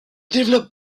développe